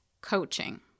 coaching